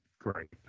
great